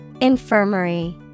Infirmary